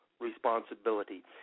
responsibility